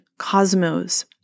cosmos